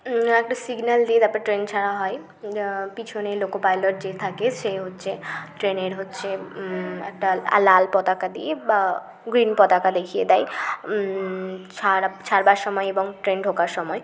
একটা সিগন্যাল দিয়ে তারপর ট্রেন ছাড়া হয় পিছনে লোকো পাইলট যে থাকে সে হচ্ছে ট্রেনের হচ্ছে একটা লাল পতাকা দিয়ে বা গ্রীন পতাকা দেখিয়ে দেয় ছাড় ছাড়বার সময় এবং ট্রেন ঢোকার সময়